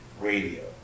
radio